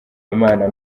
imana